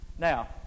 Now